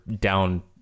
down